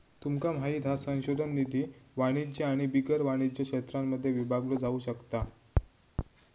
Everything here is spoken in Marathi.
तुमका माहित हा संशोधन निधी वाणिज्य आणि बिगर वाणिज्य क्षेत्रांमध्ये विभागलो जाउ शकता